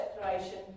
declaration